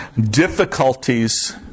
difficulties